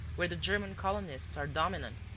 where the german colonists are dominant,